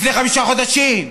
לפני חמישה חודשים.